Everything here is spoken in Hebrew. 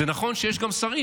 זה נכון שיש גם שרים,